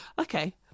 Okay